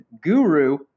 guru